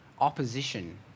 opposition